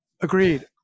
agreed